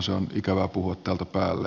se on ikävää puhua täältä päälle